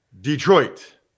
Detroit